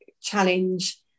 challenge